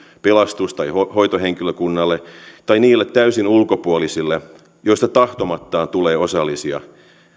pelastus tai hoitohenkilökunnalle tai niille täysin ulkopuolisille joista tahtomattaan tulee osallisia